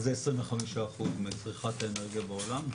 מה זה 25%, מצריכת האנרגיה בעולם?